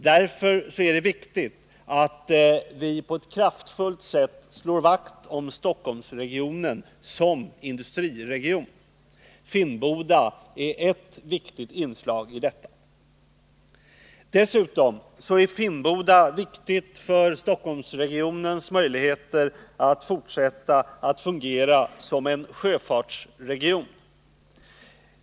Därför är det viktigt att vi på ett kraftfullt sätt slår vakt om Stockholmsregionen såsom industriregion. Finnboda är ett viktigt inslag i regionen. Dessutom är Finnboda av betydelse för Stockholmsregionens möjligheter att fortsätta att fungera såsom en sjöfartsregion.